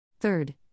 Third